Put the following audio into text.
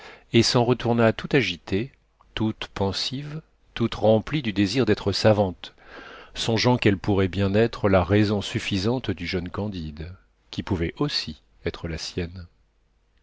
et s'en retourna tout agitée toute pensive toute remplie du désir d'être savante songeant qu'elle pourrait bien être la raison suffisante du jeune candide qui pouvait aussi être la sienne